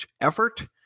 effort